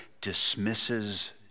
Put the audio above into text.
dismisses